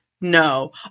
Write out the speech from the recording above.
No